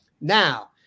now